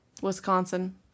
Wisconsin